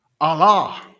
Allah